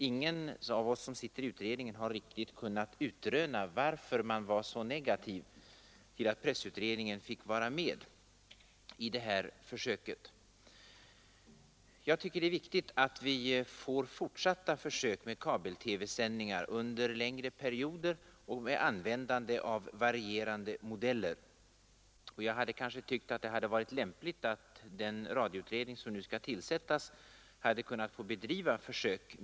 Ingen av oss som sitter i utredningen har kunnat utröna varför man var så negativ till att låta utredningen vara med om försöken. Jag tycker att det är viktigt att vi får fortsätta försöken med kabel-TV-sändningar under längre perioder och med användande av varierande modeller, och jag tror att det hade varit lämpligt att den radioutredning som skall tillsättas hade fått bedriva sådana försök.